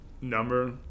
number